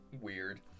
weird